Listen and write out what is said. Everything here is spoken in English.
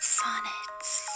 sonnets